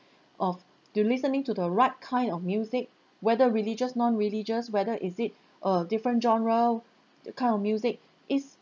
of do you listening to the right kind of music whether religious non religious whether is it a different genre the kind of music is